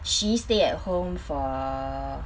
she stay at home for